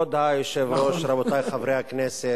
אצל משה זה עולה 80. אמר המוכר לאשה: